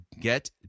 get